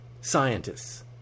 scientists